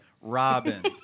Robin